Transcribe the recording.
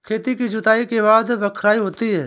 खेती की जुताई के बाद बख्राई होती हैं?